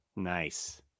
nice